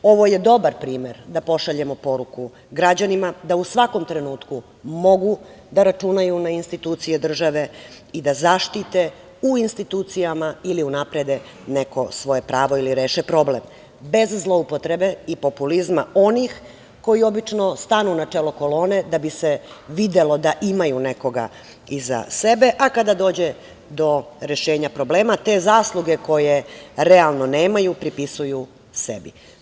Ovo je dobar primer da pošaljemo poruku građanima da u svakom trenutku mogu da računaju na institucije države i da zaštite u institucijama ili unaprede neko svoje pravo ili reše problem, bez zloupotrebe i populizma onih koji obično stanu na čelo kolone da bi se videlo da imaju nekoga iza sebe, a kada dođe do rešenja problema, te zasluge koje realno nemaju, pripisuju sebi.